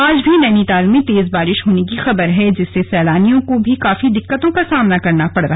आज भी नैनीताल में तेज बारिश होने की खबर है जिससे सैलानियों को भी काफी दिक्कतों का सामना करना पड़ा